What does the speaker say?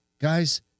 guys